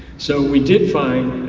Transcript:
so we did find,